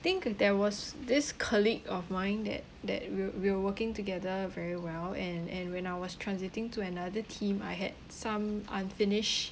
think there was this colleague of mine that that we're we're working together very well and and when I was transiting to another team I had some unfinished